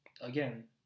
Again